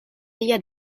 via